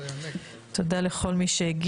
טוב, שלום לכולם, תודה לכל מי שהגיע.